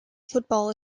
football